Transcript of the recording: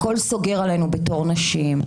הכול סוגר עלינו בתור נשים,